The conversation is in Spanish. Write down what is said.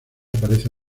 aparece